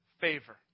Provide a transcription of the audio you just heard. favor